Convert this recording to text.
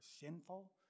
sinful